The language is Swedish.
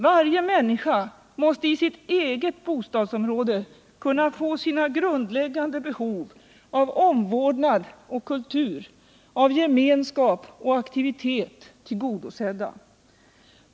Varje människa måste i sitt eget bostadsområde kunna få sina grundläggande behov av omvårdnad och kultur, gemenskap och aktivitet tillgodosedda.